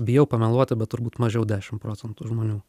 bijau pameluoti bet turbūt mažiau dešimt procentų žmonių